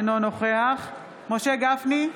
אינו נוכח משה גפני,